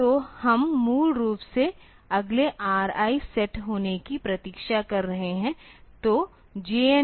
तो हम मूल रूप से अगले RI सेट होने की प्रतीक्षा कर रहे हैं तो JNB RIL 2